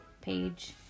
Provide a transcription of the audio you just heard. page